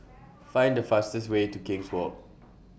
Find The fastest Way to King's Walk